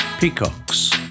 Peacock's